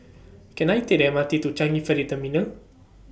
Can I Take The M R T to Changi Ferry Terminal